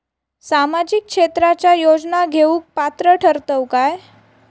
सामाजिक क्षेत्राच्या योजना घेवुक पात्र ठरतव काय?